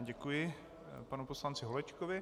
Děkuji panu poslanci Holečkovi.